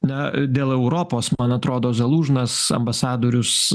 na dėl europos man atrodo zalužnas ambasadorius